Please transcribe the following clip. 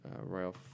royal